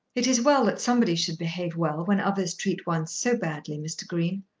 it is well that somebody should behave well, when others treat one so badly, mr. green.